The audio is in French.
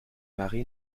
marie